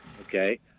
Okay